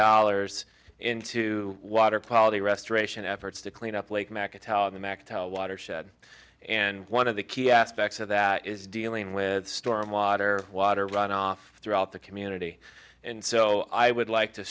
dollars into water quality restoration efforts to clean up lake watershed and one of the key aspects of that is dealing with storm water water runoff throughout the community and so i would like to